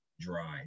dry